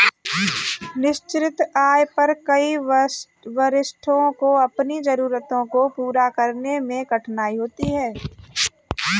निश्चित आय पर कई वरिष्ठों को अपनी जरूरतों को पूरा करने में कठिनाई होती है